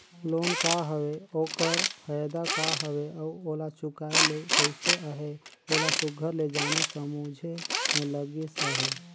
loan का हवे ओकर फएदा का हवे अउ ओला चुकाए ले कइसे अहे ओला सुग्घर ले जाने समुझे में लगिस अहे